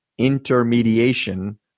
Intermediation